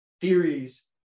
theories